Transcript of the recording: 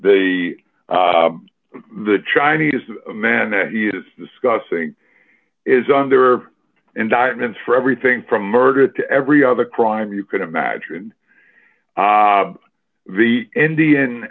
they the chinese man that he is discussing is under indictment for everything from murder to every other crime you can imagine the indian